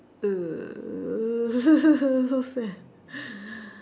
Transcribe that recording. err so sad